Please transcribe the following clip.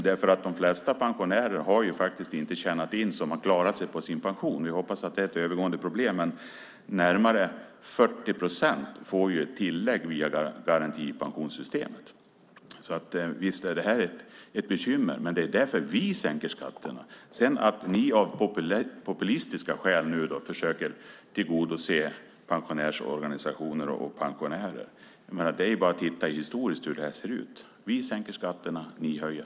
Många pensionärer har inte tjänat in så att de klarar sig på sin pension. Vi hoppas att det är ett övergående problem. Närmare 40 procent får ett tillägg via garantipensionssystemet. Visst är det ett bekymmer. Det är därför vi sänker skatterna. Ni försöker nu av populistiska skäl tillgodose pensionärsorganisationer och pensionärer. Det är bara att titta historiskt hur det ser ut. Vi sänker skatterna. Ni höjer.